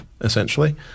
essentially